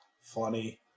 funny